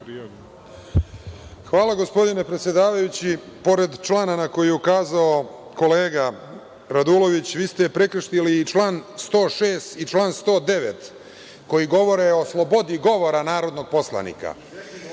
Hvala gospodine predsedavajući. Pored člana koji je ukazao kolega Radulović, vi ste prekršili član 106. i član 109. koji govore o slobodi govora narodnog poslanika. Ja